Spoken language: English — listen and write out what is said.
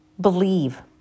believe